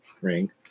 ring